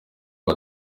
ubu